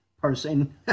person